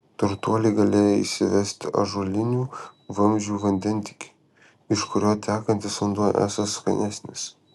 turtuoliai galėjo įsivesti ąžuolinių vamzdžių vandentiekį iš kurio tekantis vanduo esąs skanesnis